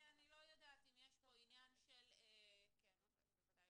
שיש כאן עניין של פוליטיקה.